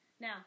Now